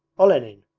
olenin,